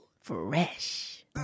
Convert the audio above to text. Fresh